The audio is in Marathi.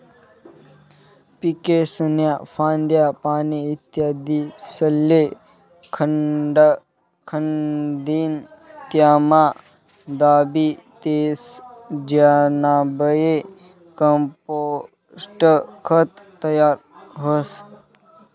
पीकेस्न्या फांद्या, पाने, इत्यादिस्ले खड्डा खंदीन त्यामा दाबी देतस ज्यानाबये कंपोस्ट खत तयार व्हस